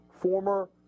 former